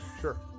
Sure